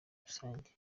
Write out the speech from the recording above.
rusange